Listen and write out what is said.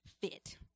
fit